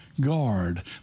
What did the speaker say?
guard